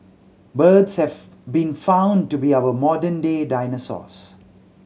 birds have been found to be our modern day dinosaurs